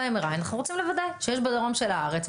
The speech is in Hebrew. ב-MRI אנחנו רוצים לוודא שיש בדרום של הארץ,